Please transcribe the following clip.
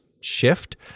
shift